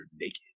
naked